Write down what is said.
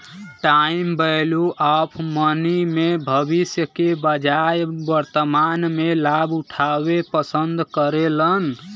time value of money में भविष्य के बजाय वर्तमान में लाभ उठावे पसंद करेलन